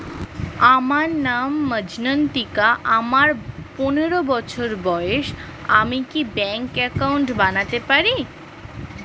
আমার নাম মজ্ঝন্তিকা, আমার পনেরো বছর বয়স, আমি কি ব্যঙ্কে একাউন্ট বানাতে পারি?